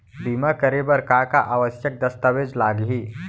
बीमा करे बर का का आवश्यक दस्तावेज लागही